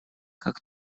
как